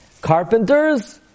Carpenters